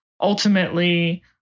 ultimately